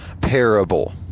parable